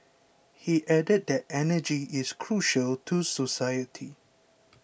he added that energy is crucial to society